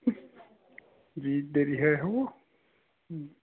যি দেৰি হয় হ'ব